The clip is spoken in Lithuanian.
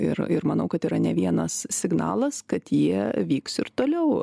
ir ir manau kad yra ne vienas signalas kad jie vyks ir toliau